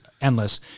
endless